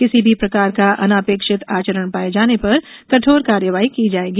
किसी भी प्रकार का अनापेक्षित आचरण पाए जाने पर कठोर कार्यवाही की जाएगी